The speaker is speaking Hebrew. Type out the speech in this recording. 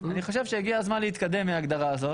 אני חושב שהגיע הזמן להתקדם מההגדרה הזאת